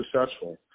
successful